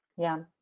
yeah,